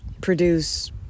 produce